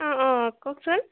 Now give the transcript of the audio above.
অ অ অ কওকচোন